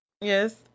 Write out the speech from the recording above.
Yes